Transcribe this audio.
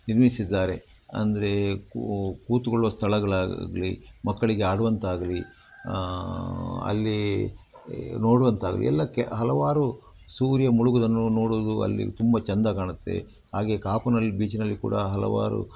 ನಿರ್ಮಿಸಿದ್ದಾರೆ ಅಂದರೆ ಕೂತುಕೊಳ್ಳುವ ಸ್ಥಳಗಳಾಗ್ಲಿ ಮಕ್ಕಳಿಗೆ ಆಡುವಂತಾಗಲಿ ಅಲ್ಲೀ ನೋಡುವಂತ ಎಲ್ಲ ಕೆ ಹಲವಾರು ಸೂರ್ಯ ಮುಳುಗೋದನ್ನು ನೋಡೋದು ಅಲ್ಲಿ ತುಂಬ ಚೆಂದ ಕಾಣುತ್ತೆ ಹಾಗೆ ಕಾಪುನಲ್ಲಿ ಬೀಚಿನಲ್ಲಿ ಕೂಡ ಹಲವಾರು